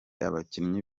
abakinnyi